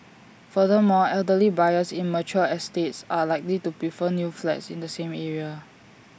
furthermore elderly buyers in mature estates are likely to prefer new flats in the same area